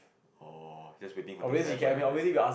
orh just waiting for things to happen like that lah